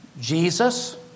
Jesus